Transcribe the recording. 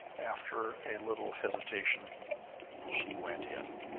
after a little hesitation she went in.